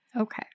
Okay